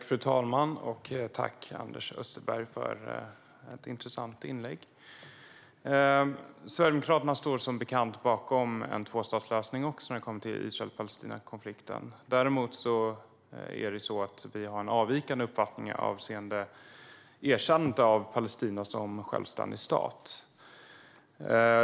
Fru talman! Tack, Anders Österberg, för ett intressant anförande! Sverigedemokraterna står som bekant också bakom en tvåstatslösning i Israel-Palestina-konflikten. Däremot har vi en avvikande uppfattning avseende erkännandet av Palestina som självständig stat.